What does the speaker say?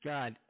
God